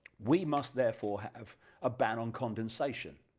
we must therefore have a ban on condensation,